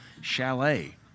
chalet